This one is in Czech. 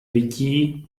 vytí